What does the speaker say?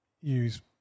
use